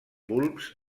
bulbs